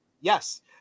Yes